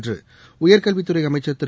என்றுஉயர்கல்வித்துறைஅமைச்சா் திரு